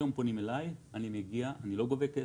היום פונים אליי, אני מגיע, אני לא גובה כסף,